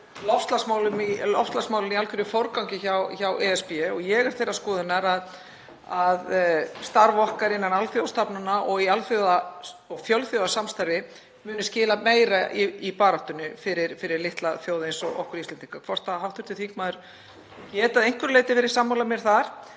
loftslagsmálin eru í algerum forgangi hjá ESB og ég er þeirrar skoðunar að starf okkar innan alþjóðastofnana og í fjölþjóðasamstarfi muni skila meira í baráttunni fyrir litla þjóð eins og okkur Íslendinga. Getur hv. þingmaður að einhverju leyti verið sammála mér þar?